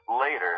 later